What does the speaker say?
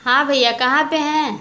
हाँ भैया कहाँ पर हैं